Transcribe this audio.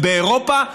באירופה,